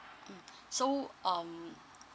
mm so um